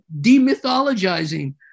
demythologizing